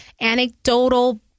anecdotal